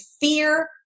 fear